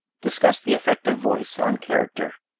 discuss the effect of voice on character.